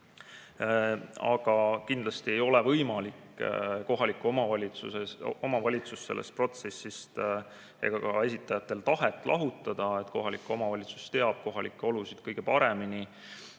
Aga kindlasti ei ole võimalik kohalikku omavalitsust sellest protsessist ega ka esitajate tahet lahutada. Kohalik omavalitsus teab kohalikke olusid kõige paremini.